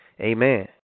Amen